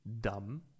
dumb